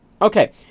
Okay